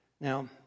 Now